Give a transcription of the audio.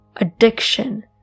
addiction